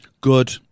Good